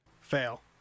Fail